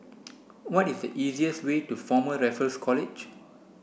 what is the easiest way to Former Raffles College